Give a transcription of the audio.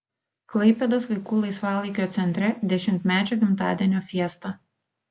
klaipėdos vaikų laisvalaikio centre dešimtmečio gimtadienio fiesta